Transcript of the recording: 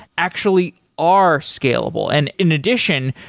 actually are scalable and in addition,